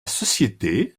société